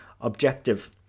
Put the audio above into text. objective